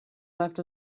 left